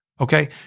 Okay